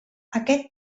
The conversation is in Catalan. aquest